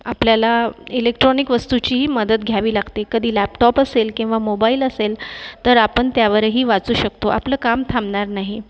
आपल्याला इलेक्ट्रॉनिक वस्तूचीही मदत घ्यावी लागते कधी लॅपटॉप असेल किंवा मोबाईल असेल तर आपण त्यावरही वाचू शकतो आपलं काम थांबणार नाही